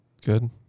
Good